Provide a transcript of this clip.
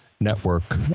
network